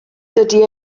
dydy